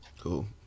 Cool